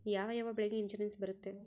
ಯಾವ ಯಾವ ಬೆಳೆಗೆ ಇನ್ಸುರೆನ್ಸ್ ಬರುತ್ತೆ?